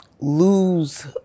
lose